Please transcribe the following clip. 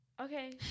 okay